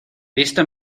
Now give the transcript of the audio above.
visto